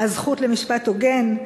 "הזכות למשפט הוגן",